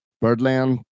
Birdland